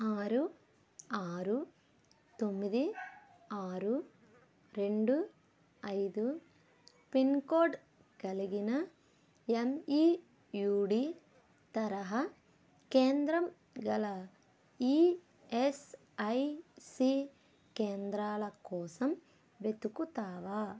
ఆరు ఆరు తొమ్మిది ఆరు రెండు ఐదు పిన్కోడ్ కలిగిన ఎమ్ఈయూడి తరహా కేంద్రం గల ఈఎస్ఐసి కేంద్రాల కోసం వెతుకుతావా